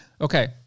Okay